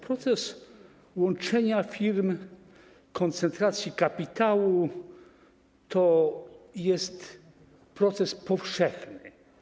Proces łączenia firm, koncentracji kapitału to jest proces powszechny.